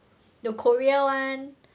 the Korea one